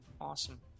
Awesome